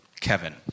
Kevin